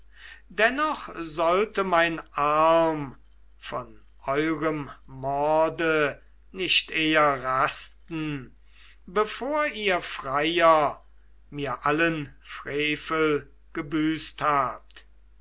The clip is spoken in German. dennoch sollte mein arm von eurem morde nicht eher rasten bevor ihr freier mir allen frevel gebüßt habt